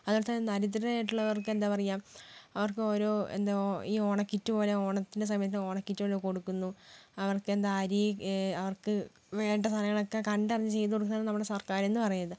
അതേപോലെതന്നെ ദരിദ്രരായിട്ടുള്ളവർക്ക് എന്താണ് പറയുക അവർക്കൊരു എന്താണ് ഈ ഓണക്കിറ്റ് പോലെ ഓണത്തിൻ്റെ സമയത്ത് ഓണക്കിറ്റൊക്കെ കൊടുക്കുന്നു അവർക്കെന്താണ് അരി അവർക്ക് വേണ്ട സാധനങ്ങളൊക്കെ കണ്ടറിഞ്ഞ് ചെയ്തുകൊടുക്കുന്നതാണ് നമ്മുടെ സർക്കാരെന്ന് പറയുന്നത്